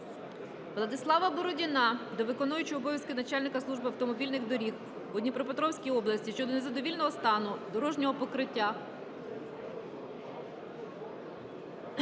Владислава Бородіна до виконуючого обов'язки начальника Служби автомобільних доріг у Дніпропетровській області щодо незадовільного стану дорожнього покриття